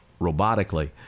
robotically